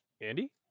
Andy